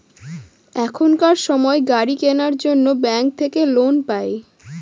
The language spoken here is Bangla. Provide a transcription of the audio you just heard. এখনকার সময় গাড়ি কেনার জন্য ব্যাঙ্ক থাকে লোন পাই